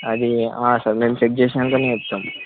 అది సార్ మేము చెక్ చేసినాకనే ఇస్తాం